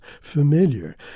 familiar